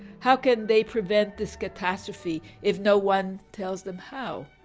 how can they prevent this catastrophe if no one tells them how.